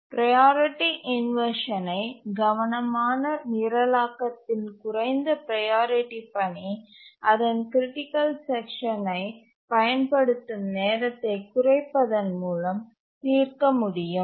priority inversion ஐ கவனமான நிரலாக்கதில் குறைந்த ப்ரையாரிட்டி பணி அதன் க்ரிட்டிக்கல் செக்ஷன் யைப் பயன்படுத்தும் நேரத்தை குறைப்பதன் மூலம் தீர்க்க முடியும்